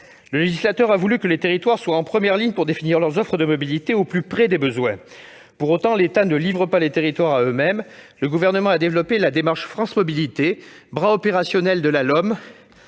Le législateur a voulu que les territoires soient en première ligne pour définir leurs offres de mobilité au plus près des besoins. Pour autant, l'État ne livre pas les territoires à eux-mêmes. Ainsi, le Gouvernement a développé la démarche France Mobilités, bras opérationnel de la LOM